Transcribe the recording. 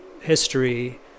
history